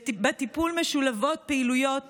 בטיפול משולבות פעילויות